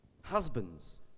Husbands